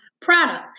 product